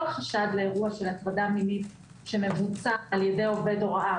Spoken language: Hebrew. חשד של אירוע של הטרדה מינית שמבוצע על-ידי עובד הוראה,